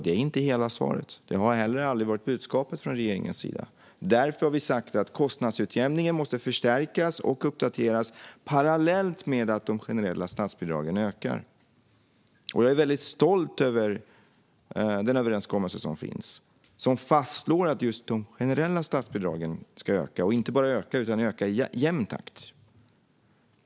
Det är inte hela svaret. Det har heller aldrig varit budskapet från regeringens sida. Därför har vi sagt att kostnadsutjämningen måste förstärkas och uppdateras parallellt med att de generella statsbidragen ökar. Jag är stolt över den överenskommelse som finns, som fastslår att just de generella statsbidragen ska öka - och inte bara öka utan öka i jämn takt.